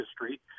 history